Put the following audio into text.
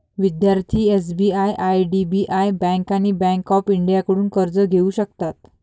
विद्यार्थी SBI IDBI bank आणि bank of इंडियाकडून कर्ज घेऊ शकतात